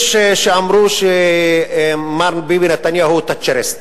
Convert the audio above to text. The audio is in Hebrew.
יש שאמרו שמר ביבי נתניהו הוא תאצ'ריסט.